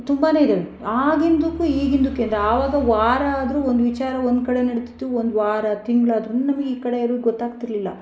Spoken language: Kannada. ತುಂಬಾ ಇದಾವೆ ಆಗಿಂದಕ್ಕು ಈಗಿಂದಕ್ಕು ಏನು ಆವಾಗ ವಾರ ಆದರೂ ಒಂದು ವಿಚಾರ ಒಂದು ಕಡೆ ನಡೀತಿತ್ತು ಒಂದು ವಾರ ತಿಂಗಳಾದರು ನಮ್ಗೆ ಈ ಕಡೆ ಇರೋರಿಗೆ ಗೊತ್ತಾಗ್ತಿರಲಿಲ್ಲ